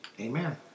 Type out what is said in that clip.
amen